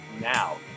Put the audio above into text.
now